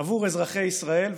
בעבור אזרחי ישראל,